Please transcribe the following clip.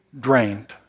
drained